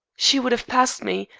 she would have passed me,